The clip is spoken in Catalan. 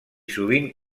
sovint